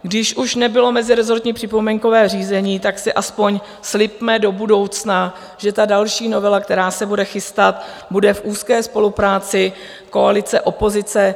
Když už nebylo mezirezortní připomínkové řízení, tak si aspoň slibme do budoucna, že ta další novela, která se bude chystat, bude v úzké spolupráci koaliceopozice.